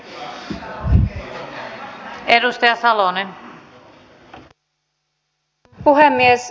arvoisa puhemies